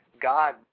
God